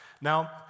Now